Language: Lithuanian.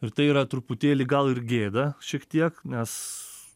ir tai yra truputėlį gal ir gėda šiek tiek nes